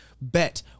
Bet